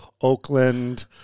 Oakland